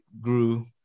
grew